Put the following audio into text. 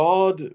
God